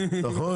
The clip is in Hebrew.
נכון.